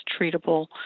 treatable